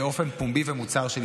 באופן פומבי ומוצהר.